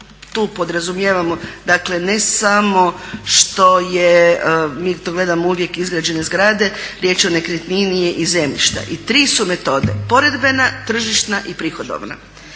tu podrazumijevamo dakle ne samo što je, mi to gledamo uvijek izgrađene zgrade, riječ o nekretnini je, i zemljišta. I tri su metode: poredbena, tržišna i prihodovna.